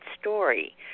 story